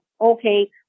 okay